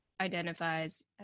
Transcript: identifies